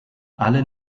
alle